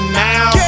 now